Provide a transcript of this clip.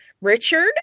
Richard